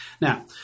Now